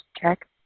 check